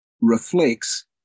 reflects